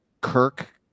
Kirk